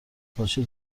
پاچه